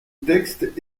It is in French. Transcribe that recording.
texte